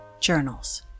journals